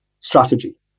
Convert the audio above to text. strategy